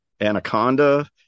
Anaconda